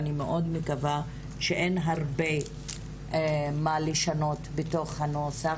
אני מאוד מקווה שאין הרבה מה לשנות בתוך הנוסח,